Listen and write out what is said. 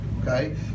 okay